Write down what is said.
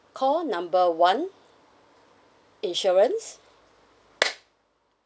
call number one insurance